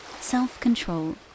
self-control